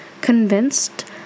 convinced